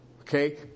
okay